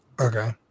okay